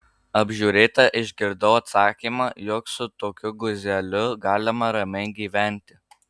apžiūrėta išgirdau atsakymą jog su tokiu guzeliu galima ramiai gyventi